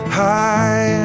high